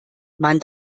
man